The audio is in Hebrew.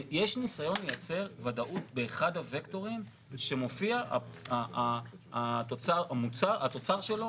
יש ניסיון לייצר ודאות באחד הווקטורים שמופיע התוצר שלו,